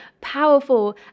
powerful